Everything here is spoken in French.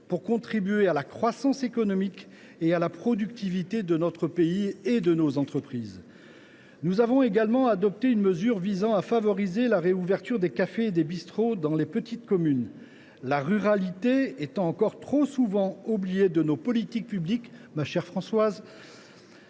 au service de la croissance économique et de la productivité de notre pays et de nos entreprises. Nous avons ainsi adopté une mesure visant à favoriser la réouverture de cafés et de bistrots dans les petites communes, la ruralité étant encore trop souvent oubliée de nos politiques publiques, mais jamais